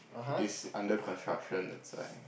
it's under construction that's why